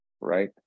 right